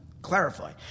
Clarify